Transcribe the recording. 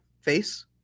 face